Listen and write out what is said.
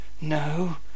No